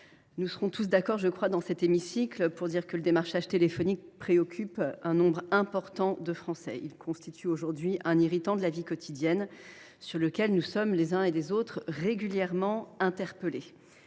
nous serons tous d’accord pour dire que le démarchage téléphonique préoccupe un nombre important de Français. Il constitue aujourd’hui un irritant de la vie quotidienne sur lequel nous sommes, les uns et les autres, régulièrement interpellés.